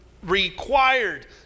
required